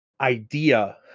idea